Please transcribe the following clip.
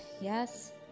Yes